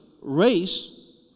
race